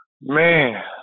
Man